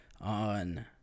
on